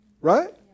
right